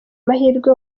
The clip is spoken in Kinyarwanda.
mahirwe